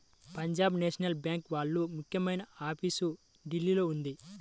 Punjab national bank వాళ్ళ ముఖ్యమైన office ఢిల్లీలో ఉంది